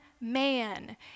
man